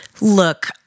Look